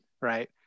right